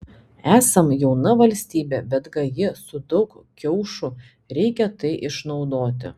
esam jauna valstybė bet gaji su daug kiaušų reikia tai išnaudoti